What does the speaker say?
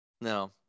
No